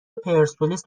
پرسپولیس